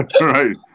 right